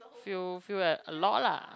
feel feel a a lot lah